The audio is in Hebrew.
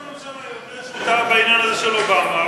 אז ראש הממשלה יודה שטעה בעניין הזה של אובמה,